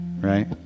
Right